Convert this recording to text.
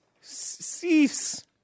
cease